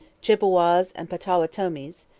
chippewas and potawatomis,